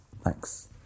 thanks